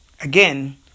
again